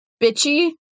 Bitchy